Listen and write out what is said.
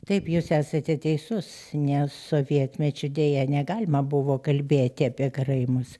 taip jūs esate teisus nes sovietmečiu deja negalima buvo kalbėti apie karaimus